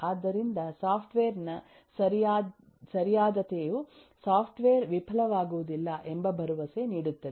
ಆದ್ದರಿಂದ ಸಾಫ್ಟ್ವೇರ್ ನ ಸರಿಯಾದತೆಯು ಸಾಫ್ಟ್ವೇರ್ ವಿಫಲವಾಗುವುದಿಲ್ಲಎಂಬ ಭರವಸೆನೀಡುತ್ತದೆ